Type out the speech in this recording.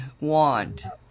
wand